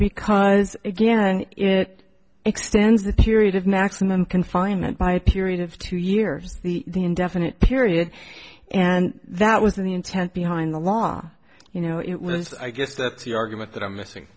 because again it extends the period of maximum confinement by a period of two years the indefinite period and that was the intent behind the law you know it was i guess that's the argument that i'm missing